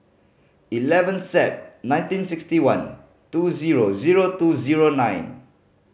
eleven Sep nineteen sixty one two zero zero two zero nine